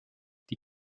die